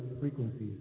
frequencies